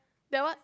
that one